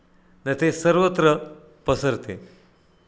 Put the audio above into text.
न ते सर्वत्र पसरते